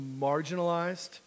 marginalized